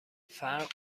فرق